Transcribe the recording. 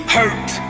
hurt